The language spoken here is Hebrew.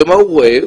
ומה הוא רואה?